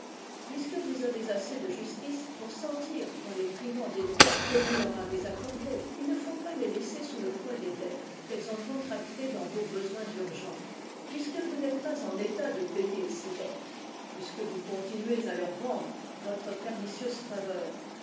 puisque vous avez assez de justice pour sentir qu'en les privant des droits que vous leur avez accordés il ne faut pas les laisser sous le poids des dettes qu'elles ont contractées dans vos besoins urgents puisque vous n'êtes pas en état de payer ces dettes puisque vous continuez à leur vendre votre pernicieuse faveur